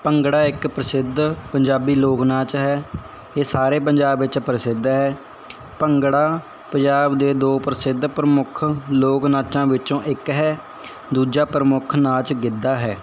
ਭੰਗੜਾ ਇਕ ਪ੍ਰਸਿੱਧ ਪੰਜਾਬੀ ਲੋਕ ਨਾਚ ਹੈ ਇਹ ਸਾਰੇ ਪੰਜਾਬ ਵਿੱਚ ਪ੍ਰਸਿੱਧ ਹੈ ਭੰਗੜਾ ਪੰਜਾਬ ਦੇ ਦੋ ਪ੍ਰਸਿੱਧ ਪ੍ਰਮੁੱਖ ਲੋਕ ਨਾਚਾਂ ਵਿੱਚੋਂ ਇੱਕ ਹੈ ਦੂਜਾ ਪ੍ਰਮੁੱਖ ਨਾਚ ਗਿੱਧਾ ਹੈ